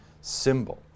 symbol